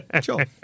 Sure